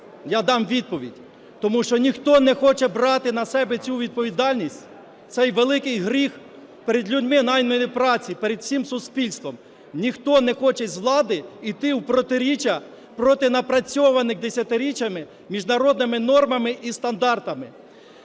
Я дам відповідь. Тому що ніхто не хоче брати на себе цю відповідальність, цей великий гріх перед людьми найманої праці, перед всім суспільством, ніхто не хоче з влади йти в протиріччя проти напрацьованих десятиріччями міжнародними нормами і стандартами.